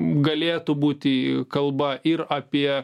galėtų būti kalba ir apie